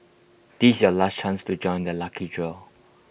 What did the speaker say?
this your last chance to join the lucky draw